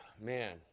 Man